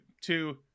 two